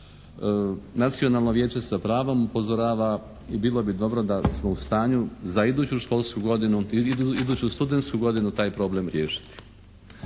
Nacionalno vijeće sa pravom upozorava i bilo bi dobro da smo u stanju za iduću školsku godinu, iduću studensku godinu taj problem riješiti.